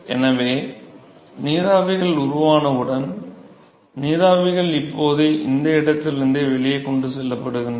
எனவே நீராவிகள் உருவானவுடன் நீராவிகள் இப்போது அந்த இடத்திலிருந்து வெளியே கொண்டு செல்லப்படுகின்றன